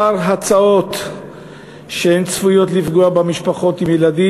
הצעות שצפוי שיפגעו במשפחות עם ילדים,